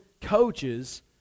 coaches